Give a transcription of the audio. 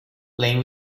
playing